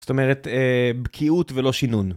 זאת אומרת, בקיאות ולא שינון.